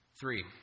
Three